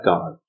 God